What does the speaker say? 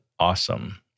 awesome